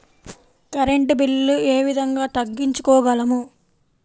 Current bill ఏ విధంగా తగ్గించుకోగలము?